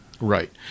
Right